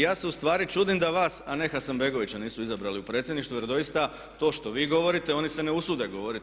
Ja se ustvari čudim da vas a ne Hasanbegovića nisu izabrali u predsjedništvo jer doista to što vi govorite oni se ne usude govoriti.